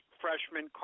freshman